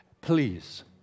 Please